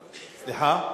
סליחה?